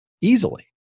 easily